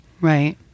Right